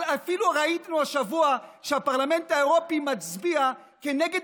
אפילו ראינו השבוע שהפרלמנט האירופי מצביע נגד